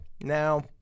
Now